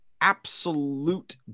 absolute